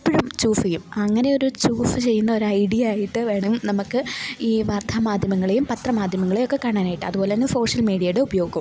എപ്പോഴും ചൂസ് ചെയ്യും അങ്ങനെ ചൂസ് ചെയ്യുന്നൊരു ഐഡ്യ ആയിട്ട് വേണം നമുക്ക് ഈ വാർത്താമാദ്ധ്യമങ്ങളെയും പത്രമാദ്ധ്യമങ്ങളെയുമൊക്കെ കാണാനായിട്ട് അതുപോലെത്തന്നെ സോഷ്യൽ മീഡിയയുടെ ഉപയോഗവും